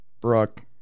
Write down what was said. Brooke